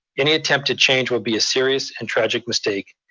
any attempt to change will be a serious and tragic mistake.